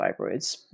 fibroids